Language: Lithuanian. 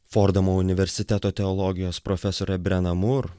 fordamo universiteto teologijos profesorė abrena mur